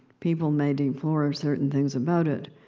people may deplore certain things about it,